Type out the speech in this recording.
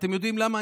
ואתם יודעים למה?